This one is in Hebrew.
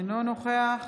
אינו נוכח